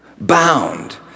Bound